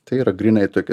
tai yra grynai tokia